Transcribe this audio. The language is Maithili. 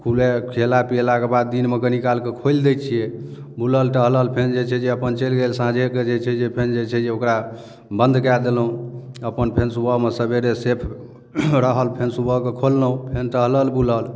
खूबे खियेला पियेलाके बाद दिनमे कनिकाल कऽ खोलि दै छियै बुलल टहलल फेन जे छै जे अपन चलि गेल साँझेकऽ जे छै जे फेन जे छै जे ओकरा बन्द कए देलहुँ अपन फेन सुबहमे सबेरे सेफ रहल फेन सुबह कऽ खोललहुँ फेन टहलल बुलल